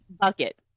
bucket